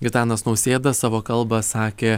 gitanas nausėda savo kalbą sakė